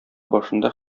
башында